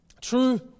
True